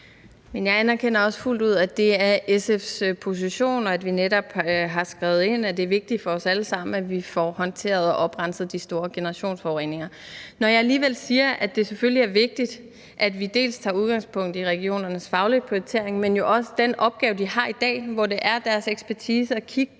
Jeg anerkender også fuldt ud, at det er SF's position, og vi har netop skrevet ind, at det er vigtigt for os alle sammen, at vi får håndteret og oprenset de store generationsforureninger. Når jeg alligevel siger, at det selvfølgelig er vigtigt, at vi dels tager udgangspunkt i regionernes faglige prioritering, dels jo også i den opgave, de har i dag, hvor det er deres ekspertise at kigge